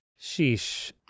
sheesh